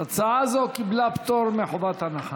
הצעה זו קיבלה פטור מחובת הנחה.